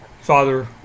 father